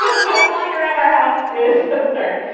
um stuff lying around our house is absurd.